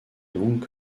donc